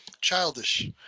childish